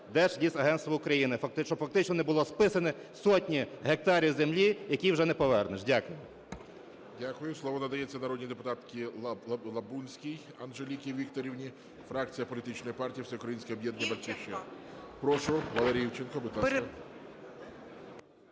Держлісагентство України, фактично не було списано сотні гектарів землі, які вже не повернеш. Дякую.